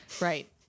Right